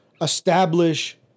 establish